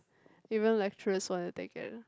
even lecturers want to take it